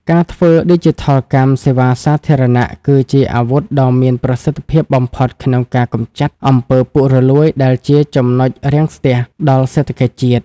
ការធ្វើឌីជីថលកម្មសេវាសាធារណៈ គឺជាអាវុធដ៏មានប្រសិទ្ធភាពបំផុតក្នុងការកម្ចាត់ អំពើពុករលួយ ដែលជា ចំណុចរាំងស្ទះ ដល់សេដ្ឋកិច្ចជាតិ។